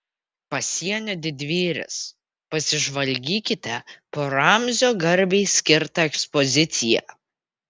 pasienio didvyris pasižvalgykite po ramzio garbei skirtą ekspoziciją